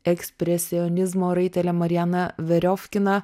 ekspresionizmo raitelė mariana veriofkina